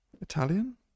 Italian